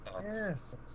Yes